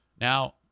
Now